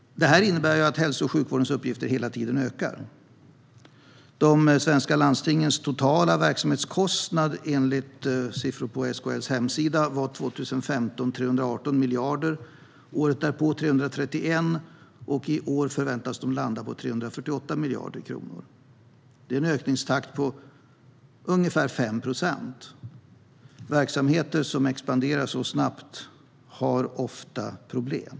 Detta innebär att hälso och sjukvårdens uppgifter hela tiden ökar. De svenska landstingens totala verksamhetskostnad var enligt siffror på SKL:s hemsida 318 miljarder 2015 och året därpå 331 miljarder. I år förväntas kostnaden landa på 348 miljarder kronor. Det är en ökningstakt på ungefär 5 procent. Verksamheter som expanderar så snabbt har ofta problem.